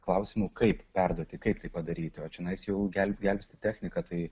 klausimu kaip perduoti kaip tai padaryti o čionais jau gelbsti tech techniką tai